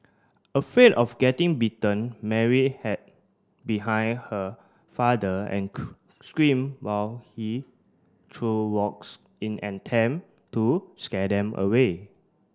afraid of getting bitten Mary hid behind her father and scream while he threw rocks in an attempt to scare them away